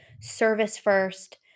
service-first